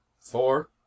Four